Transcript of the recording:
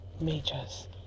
majors